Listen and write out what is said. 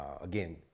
again